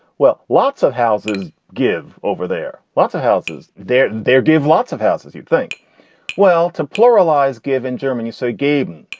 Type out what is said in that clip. well lots of houses give over there. lots of houses there. there give lots of houses. you'd think well to pluralized give in germany. so gabe.